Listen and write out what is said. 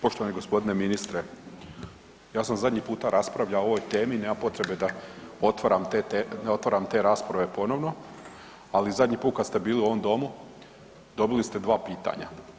Poštovani g. ministre, ja sam zadnji puta raspravljao o ovoj temi, nema potrebe da otvaram te rasprave ponovno ali zadnji put kad ste bili u ovom domu, dobili ste dva pitanja.